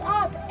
up